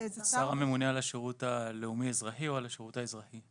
--- השר הממונה על השירות הלאומי אזרחי או על השירות האזרחי?